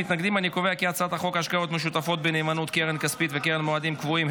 חוק השקעות משותפות בנאמנות (קרן כספית וקרן מועדים קבועים),